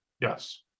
Yes